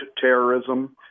terrorism